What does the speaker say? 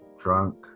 drunk